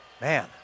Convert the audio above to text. Man